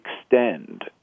extend